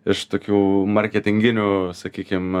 iš tokių marketinginių sakykim